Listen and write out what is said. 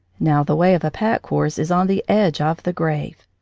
now, the way of a pack-horse is on the edge of the grave.